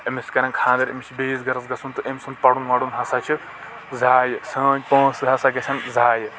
أمِس کرَن خانٛدر أمِس چھ بیٚیِس گرس گژھُن تہٕ أمۍ سُنٛد پرن ورُن ہسا چھ ضایہِ سٲنۍ پونٛسہٕ ہسا گژھَن ضایہِ